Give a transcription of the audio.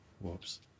Whoops